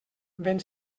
ben